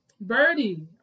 Birdie